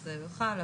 הוא יוכל,